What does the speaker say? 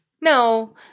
No